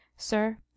Sir